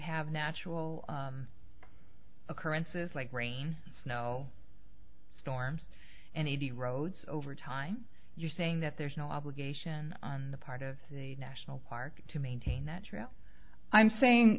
have natural occurrences like rain snow storms and eighty roads over time you're saying that there's no obligation on the part of the national park to maintain that trail i'm saying